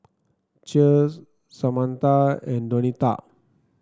Cher Samantha and Donita